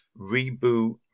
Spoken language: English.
reboot